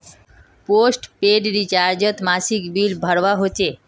postpaid रिचार्जोत मासिक bill भरवा होचे